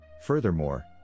Furthermore